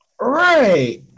Right